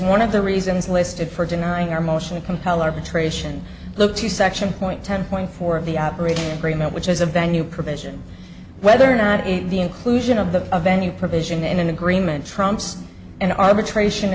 one of the reasons listed for denying our motion to compel arbitration look to section point ten point four of the operating agreement which is a venue provision whether or not the inclusion of the venue provision in an agreement trumps an arbitration